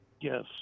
Yes